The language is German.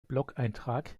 blogeintrag